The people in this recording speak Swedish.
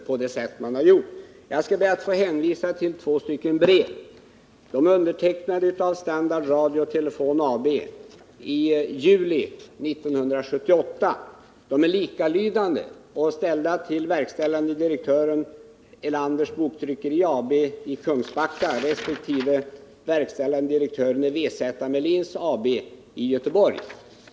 Jag skall här be att få hänvisa till två likalydande brev från juli 1978, som är undertecknade av Standard Radio & Telefon AB och ställda till verkställande direktören, Elanders Boktryckeri AB, Kungsbacka, resp. till verkställande direktören, Wezäta-Melins AB, Göteborg.